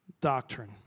doctrine